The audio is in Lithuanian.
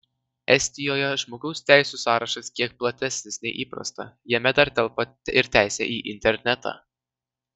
estijoje žmogaus teisių sąrašas kiek platesnis nei įprasta jame dar telpa ir teisė į internetą